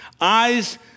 eyes